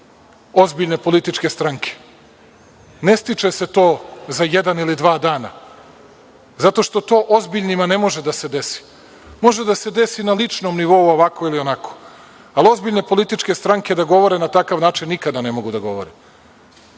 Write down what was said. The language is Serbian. ozbiljne političke stranke. Ne stiče se to za jedan ili dva dana. Zato što to ozbiljnima ne može da se desi. Može da se desi na ličnom nivou ovako ili onako, ali ozbiljne političke stranke da govore na takav način nikada ne mogu da govore. Vi